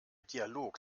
dialog